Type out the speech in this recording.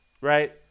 Right